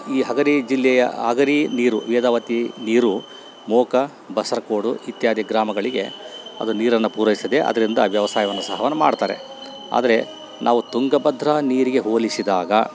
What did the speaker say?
ಈ ಹಗರಿ ಜಿಲ್ಲೆಯ ಹಗರಿ ನೀರು ವೇದಾವತಿ ನೀರು ಮೋಕಾ ಬಸರ್ ಕೋಡು ಇತ್ಯಾದಿ ಗ್ರಾಮಗಳಿಗೆ ಅದು ನೀರನ್ನು ಪೂರೈಸ್ತದೆ ಅದರಿಂದ ವ್ಯವಸಾಯವನ್ನು ಸಹವನ್ನು ಮಾಡ್ತಾರೆ ಆದರೆ ನಾವು ತುಂಗಭದ್ರಾ ನೀರಿಗೆ ಹೋಲಿಸಿದಾಗ